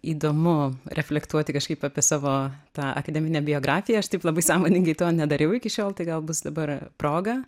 įdomu reflektuoti kažkaip apie savo tą akademinę biografiją aš taip labai sąmoningai to nedariau iki šiol tai gal bus dabar proga